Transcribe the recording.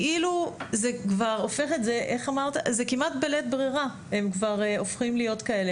זה כמעט בלית ברירה הם כבר הופכים להיות כאלה.